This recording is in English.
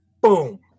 Boom